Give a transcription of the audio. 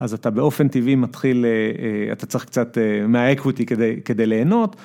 אז אתה באופן טבעי מתחיל, אתה צריך קצת מהאקוטי כדי ליהנות.